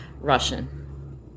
Russian